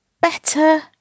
better